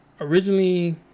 originally